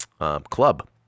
Club